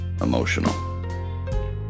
emotional